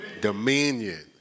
Dominion